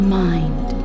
mind